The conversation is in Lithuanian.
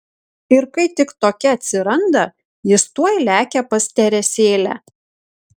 ir kai tik tokia atsiranda jis tuoj lekia pas teresėlę